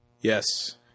yes